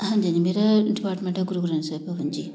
ਹਾਂਜੀ ਹਾਂਜੀ ਮੇਰਾ ਡਿਪਾਰਟਮੈਂਟ ਹੈ ਗੁਰੂ ਗ੍ਰੰਥ ਸਾਹਿਬ ਭਵਨ ਜੀ